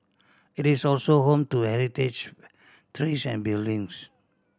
it is also home to heritage trees and buildings